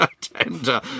tender